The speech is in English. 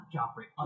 Joffrey